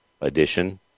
edition